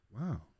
Wow